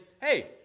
hey